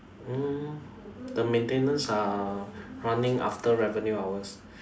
mm the maintenance are running after revenue hours